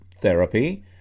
therapy